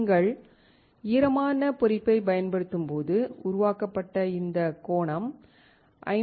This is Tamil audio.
நீங்கள் ஈரமான பொறிப்பைப் பயன்படுத்தும்போது உருவாக்கப்பட்ட இந்த கோணம் 54